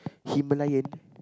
Himalayan